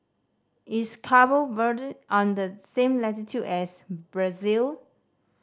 is Cabo Verde on the same latitude as Brazil